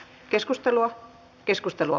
keskustelua ei syntynyt